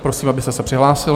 Prosím, abyste se přihlásili.